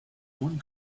one